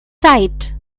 site